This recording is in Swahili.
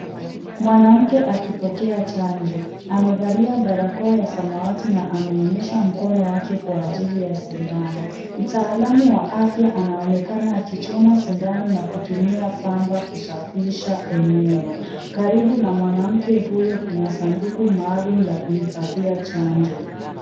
Mwanamke akipokea chanjo, amevalia barakoa ya samawati na ameonyesha mkono wake kwa ajili ya sindano. Mtaalamu wa afya anaonekana akichoma sindano na kutumia pamba kushafisha eneo. Karibu na mwanamke huyo kuna sanduku maalum la kuhifadhia chanjo.